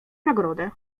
nagrodę